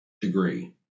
degree